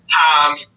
times